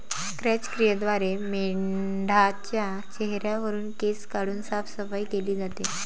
क्रॅच क्रियेद्वारे मेंढाच्या चेहऱ्यावरुन केस काढून साफसफाई केली जाते